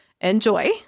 Enjoy